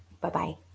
Bye-bye